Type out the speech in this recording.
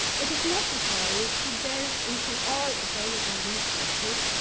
it is necessary to delve into all available resources,